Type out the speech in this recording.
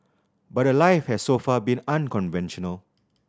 but her life has so far been unconventional